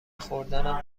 خوردنم